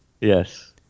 yes